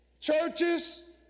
churches